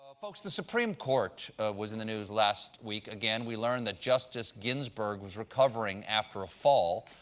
ah folks, the supreme court was in the news last week again. we learned that justice ginsburg was recovering after a fall.